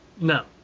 No